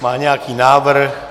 Má nějaký návrh?